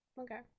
Okay